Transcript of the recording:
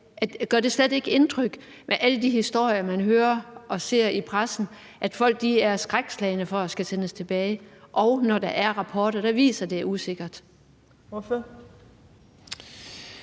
Gør det slet ikke indtryk med alle de historier, man hører og ser i pressen, om, at folk er skrækslagne for at skulle sendes tilbage, og når der er rapporter, der viser, at det er usikkert?